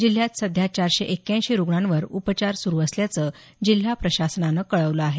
जिल्ह्यात सध्या चारशे एक्क्याऐंशी रुग्णांवर उपचार सुरू असल्याचं जिल्हा प्रशासनानं कळवलं आहे